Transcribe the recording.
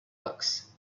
books